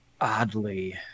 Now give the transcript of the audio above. oddly